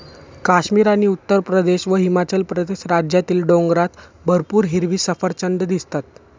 काश्मीर आणि उत्तरप्रदेश व हिमाचल प्रदेश राज्यातील डोंगरात भरपूर हिरवी सफरचंदं दिसतात